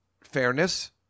fairness